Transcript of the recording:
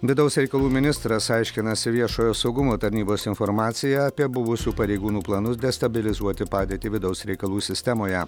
vidaus reikalų ministras aiškinasi viešojo saugumo tarnybos informaciją apie buvusių pareigūnų planus destabilizuoti padėtį vidaus reikalų sistemoje